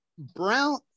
brown